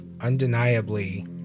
undeniably